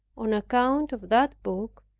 on account of that book,